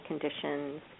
conditions